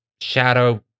shadow